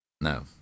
No